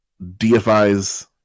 DFIs